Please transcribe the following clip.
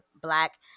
black